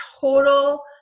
total